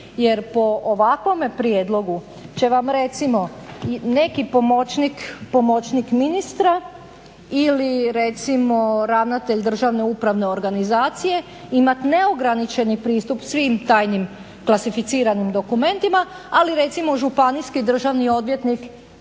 jer po ovakvome prijedlogu će vam recimo neki pomoćnik ministra ili recimo ravnatelj Državne upravne organizacije imati neograničeni pristup svim tajnim, klasificiranim dokumentima, ali recimo Županijski državni odvjetnik